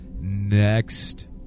next